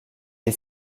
est